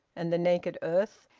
and the naked earth.